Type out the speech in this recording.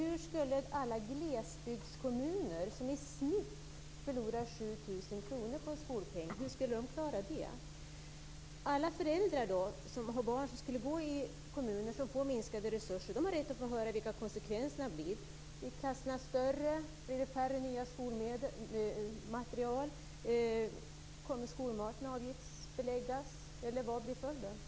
Hur skall alla glesbygdskommuner som i snitt förlorar 7 000 kr per barn på en skolpeng klara det? Alla föräldrar som har barn som skall gå i skola i kommuner som skulle få minskade resurser har rätt att höra vilka konsekvenserna blir. Blir klasserna större? Blir det färre nya skolmateriel? Kommer skolmaten att avgiftsbeläggas, eller vad blir följden?